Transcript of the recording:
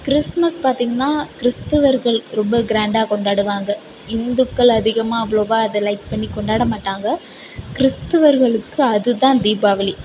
Christmas பார்த்திங்கனா கிறிஸ்துவர்கள் ரொம்ப கிராண்டாக கொண்டாடுவாங்க இந்துக்கள் அதிகமாக அவ்வளோவா அதை லைக் பண்ணி கொண்டாட மாட்டாங்க கிறிஸ்துவர்களுக்கு அதுதான் தீபாவளி